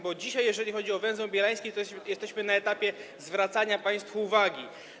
Bo dzisiaj, jeżeli chodzi o Węzeł Bielański, to jesteśmy na etapie zwracania państwu uwagi.